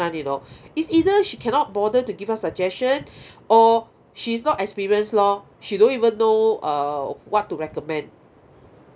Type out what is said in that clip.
[one] you know it's either she cannot bother to give us suggestion or she's not experience lor she don't even know err what to recommend